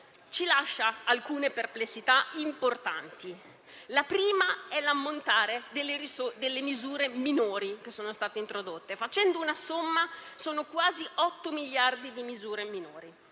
ci lascia alcune perplessità importanti. La prima è l'ammontare delle misure minori introdotte: facendo una somma, sono quasi 8 miliardi di misure minori.